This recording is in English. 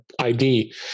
ID